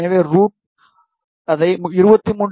எனவே ரூட் அதை 23